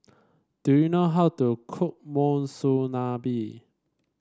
do you know how to cook Monsunabe